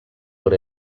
por